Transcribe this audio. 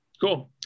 cool